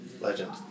Legend